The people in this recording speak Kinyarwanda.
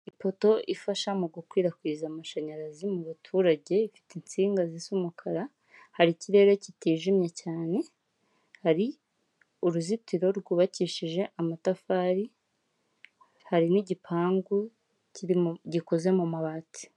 Ipoto ifasha mu gukwirakwiza amashanyarazi mu baturage, ifite insinga zisa umukara, hari ikirere kitijimye cyane, hari uruzitiro rwubakishije amatafari, hari n'igipangu gikoze mu mabati.